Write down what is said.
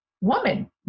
woman